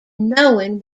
knowing